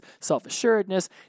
self-assuredness